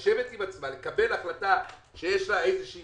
הייתה צריכה לשבת עם עצמה לקבל החלטה שיש לה איזושהי